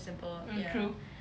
mm true